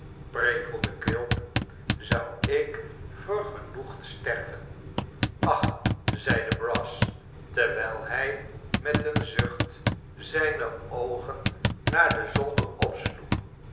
prevelde quilp zou ik vergenoegd sterven achl zeide brass terwijl hij met een zucht zijne oogen naar den zolder